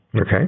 Okay